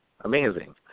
amazing